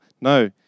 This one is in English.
No